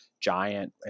Giant